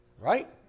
Right